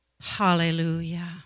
Hallelujah